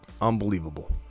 Unbelievable